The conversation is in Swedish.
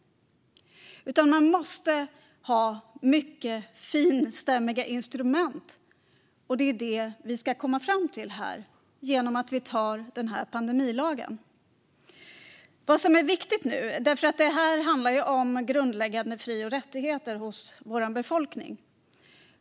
Man måste ha mycket finstämda instrument, och det är det vi ska åstadkomma genom att anta den här pandemilagen. Detta handlar om grundläggande fri och rättigheter för vår befolkning.